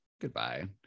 goodbye